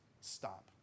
Stop